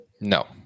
No